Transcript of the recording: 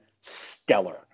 stellar